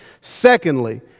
Secondly